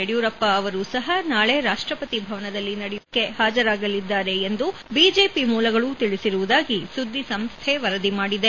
ಯಡಿಯೂರಪ್ಪ ಅವರೂ ಸಹ ನಾಳೆ ರಾಷ್ಟ್ರಪತಿ ಭವನದಲ್ಲಿ ನಡೆಯಲಿರುವ ಈ ಸಮಾರಂಭಕ್ಕೆ ಹಾಜರಾಗಲಿದ್ದಾರೆ ಎಂದು ಬಿಜೆಪಿ ಮೂಲಗಳು ತಿಳಿಸಿರುವುದಾಗಿ ಸುದ್ದಿ ಸಂಸ್ಥೆ ವರದಿ ಮಾಡಿದೆ